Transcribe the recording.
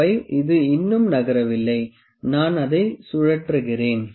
25 இது இன்னும் நகரவில்லை நான் அதை கழற்றுவேன்